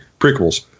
prequels